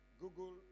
Google